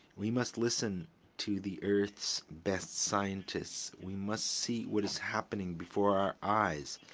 we must listen to the earth's best scientists. we must see what is happening before our eyes.